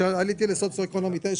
שעליתי למדד סוציו-אקונומי 9,